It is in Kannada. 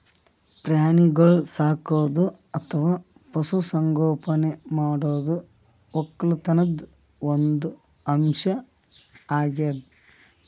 ಪ್ರಾಣಿಗೋಳ್ ಸಾಕದು ಅಥವಾ ಪಶು ಸಂಗೋಪನೆ ಮಾಡದು ವಕ್ಕಲತನ್ದು ಒಂದ್ ಅಂಶ್ ಅಗ್ಯಾದ್